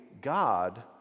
God